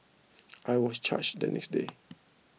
I was charged the next day